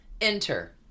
Enter